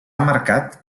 marcat